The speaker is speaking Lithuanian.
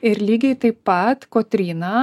ir lygiai taip pat kotryna